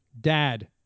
Dad